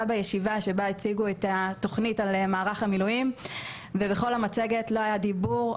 בישיבה שבה הציגו את התוכנית על מערך המילואים ובכל המצגת לא היה דיבור,